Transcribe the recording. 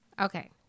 Okay